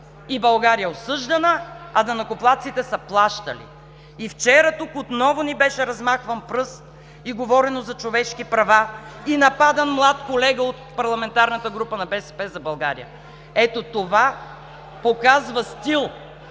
и България е осъждана, а данъкоплатците са плащали. Вчера тук отново ни беше размахван пръст, говорено за човешки права и нападан млад колега от Парламентарната група на “БСП за България”. Ето това показва стил.